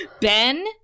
ben